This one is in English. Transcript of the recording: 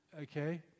Okay